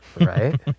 right